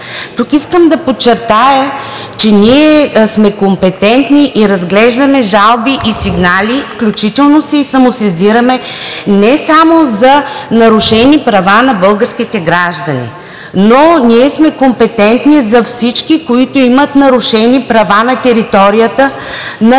Тук искам да подчертая, че ние сме компетентни и разглеждаме жалби и сигнали. Включително се и самосезираме не само за нарушени права на българските граждани. Ние сме компетентни за всички, които имат нарушени права на територията на Република